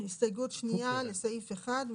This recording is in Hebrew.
הסתייגות שנייה לסעיף אחד.